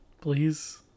please